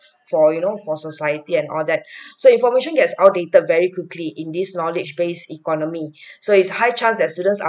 for you know for society and all that so information gets outdated very quickly in this knowledge based economy so its high chance students are